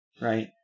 right